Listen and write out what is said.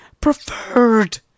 preferred